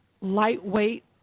lightweight